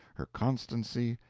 her constancy,